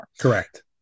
Correct